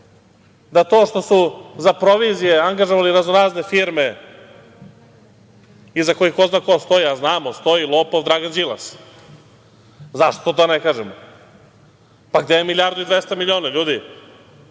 da to što su za provizije angažovali raznorazne firme iza kojih ko zna ko stoji, a znamo, stoji lopov Dragan Đilas, zašto da ne kažem? Pa gde je milijardu i dvesta miliona ljudi,